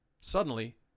Suddenly